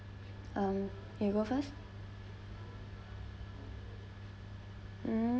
um you go first mm